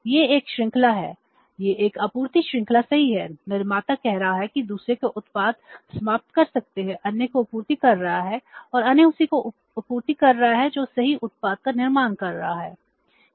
यह एक श्रृंखला है यह एक आपूर्ति श्रृंखला सही है 1 निर्माता कह रहा है कि दूसरे को उत्पाद समाप्त कर सकते हैं अन्य को आपूर्ति कर रहा है और अन्य उसी को आपूर्ति कर रहा है जो सही उत्पाद का निर्माण कर रहा है